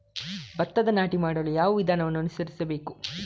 ಭತ್ತದ ನಾಟಿ ಮಾಡಲು ಯಾವ ವಿಧಾನವನ್ನು ಅನುಸರಿಸಬೇಕು?